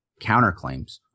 counterclaims